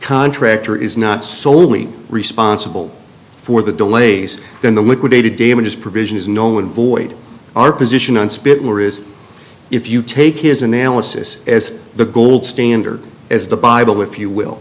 contractor is not solely responsible for the delays then the liquidated damages provision is known void our position on spitler is if you take his analysis as the gold standard as the bible if you will